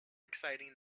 exciting